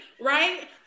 Right